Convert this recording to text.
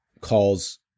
calls